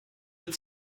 wird